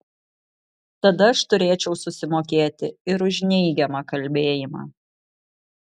tada aš turėčiau susimokėti ir už neigiamą kalbėjimą